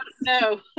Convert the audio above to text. No